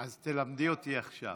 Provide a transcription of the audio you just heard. אז תלמדי אותי עכשיו.